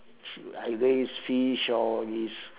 either use fish or this